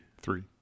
Three